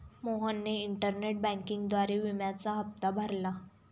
मोहनने इंटरनेट बँकिंगद्वारे विम्याचा हप्ता भरला